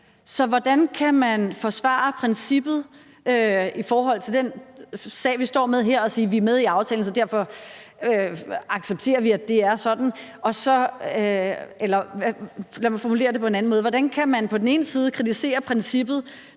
Så hvordan kan man forsvare princippet i forhold til den sag, vi står med her, og sige, at man er med i aftalen, så derfor accepterer man, at det er sådan? Eller lad mig formulere det på en anden måde: Hvordan kan man på den ene side kritisere princippet